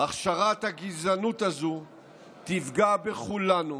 הכשרת הגזענות הזו תפגע בכולנו,